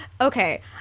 Okay